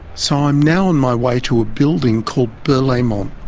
so i'm now on my way to a building called berlaymont,